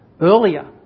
Earlier